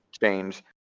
change